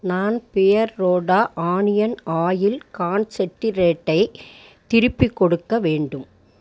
நான் பியர்ரோடா onion oil கான்சென்டிரேட்டை திருப்பிக் கொடுக்க வேண்டும்